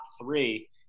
three